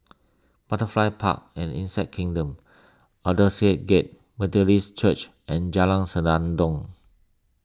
Butterfly Park and Insect Kingdom Aldersgate Methodist Church and Jalan Senandong